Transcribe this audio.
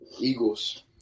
Eagles